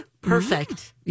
Perfect